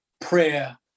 prayer